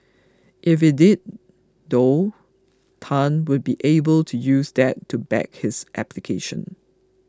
if it did though Tan would be able to use that to back his application